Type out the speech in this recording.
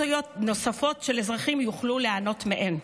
נוספות של אזרחים יוכלו ליהנות מהן.